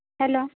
hello